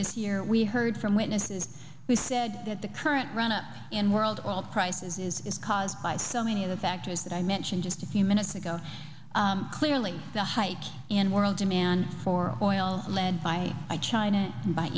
this year we heard from witnesses who said that the current run up in world oil prices is caused by so many other factors that i mentioned just a few minutes ago clearly a hike in world demand for oil led by china by